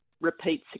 repeat